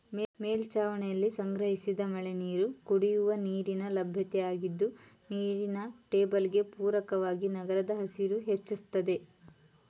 ಮೇಲ್ಛಾವಣಿಲಿ ಸಂಗ್ರಹಿಸಿದ ಮಳೆನೀರು ಕುಡಿಯುವ ನೀರಿನ ಲಭ್ಯತೆಯಾಗಿದ್ದು ನೀರಿನ ಟೇಬಲ್ಗೆ ಪೂರಕವಾಗಿ ನಗರದ ಹಸಿರು ಹೆಚ್ಚಿಸ್ತದೆ